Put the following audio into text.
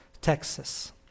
Texas